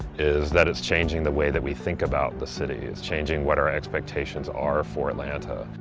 is that it's changing the way that we think about the city, is changing what our expectations are for atlanta.